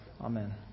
Amen